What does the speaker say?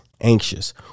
anxious